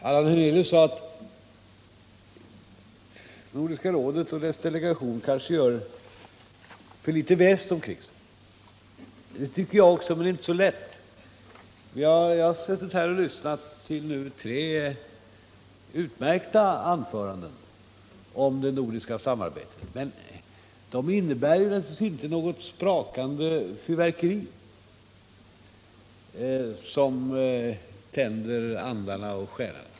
Allan Hernelius sade att Nordiska rådet och dess delegation kanske gör för litet väsen av sig. Det tycker jag också, men det är inte så lätt att göra sig bemärkt. Jag har nu suttit här och lyssnat till tre utmärkta anföranden om det nordiska samarbetet, men de innebär naturligtvis inte något sprakande fyrverkeri som tänder andarna och själarna.